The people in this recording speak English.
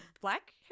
black